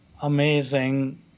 amazing